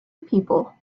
people